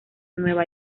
nueva